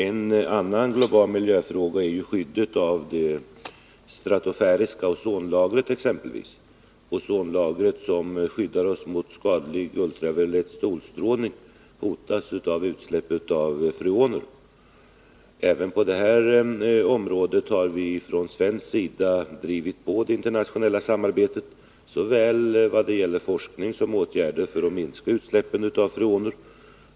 En annan global miljöfråga är skyddet av det stratosfäriska ozonlagret. Ozonlagret som skyddar oss mot skadlig ultraviolett solstrålning hotas av utsläpp av freoner. Även på detta område har vi från svensk sida drivit på det internationella samarbetet såväl vad gäller forskning som åtgärder för att minska utsläppen av freoner.